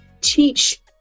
teach